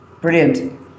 Brilliant